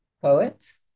poets